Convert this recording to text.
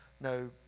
No